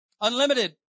Unlimited